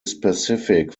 specific